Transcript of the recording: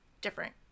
different